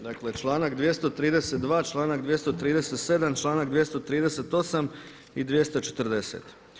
Dakle članak 232., članak 237., članak 238. i 240.